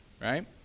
right